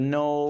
no